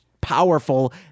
powerful